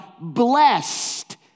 blessed